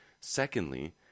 Secondly